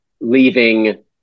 leaving